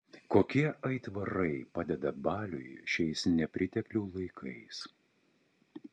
kokie aitvarai padeda baliui šiais nepriteklių laikais